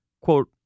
quote